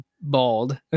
bald